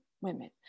women